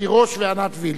תירוש וענת וילף.